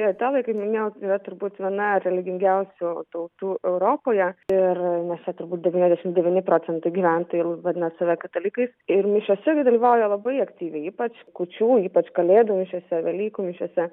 italai kaip minėjau yra turbūt viena religingiausių tautų europoje ir nes jie turbūt devyniasdešim devyni procentai gyventojų vadina save katalikais ir mišiose gi dalyvauja labai aktyviai ypač kūčių ypač kalėdų mišiose velykų mišiose